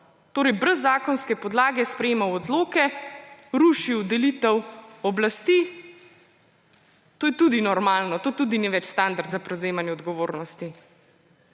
torej brez zakonske podlage sprejemal odloke, rušil delitev oblasti, to je tudi normalno, to tudi ni več standard za prevzemanje odgovornosti.